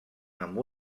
amb